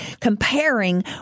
comparing